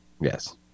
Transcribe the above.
Yes